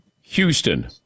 Houston